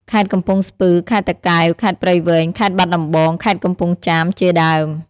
ខេត្តកំពង់ស្ពឺ ខេត្តតាកែវ ខេត្តព្រៃវែង ខេត្តបាត់ដំបង ខេត្តកំពង់ចាម ជាដើម។